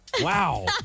Wow